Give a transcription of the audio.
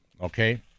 okay